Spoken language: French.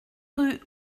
rue